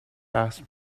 asked